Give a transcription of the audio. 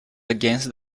against